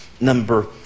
number